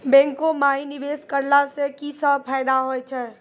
बैंको माई निवेश कराला से की सब फ़ायदा हो छै?